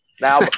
Now